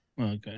Okay